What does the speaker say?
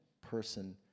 person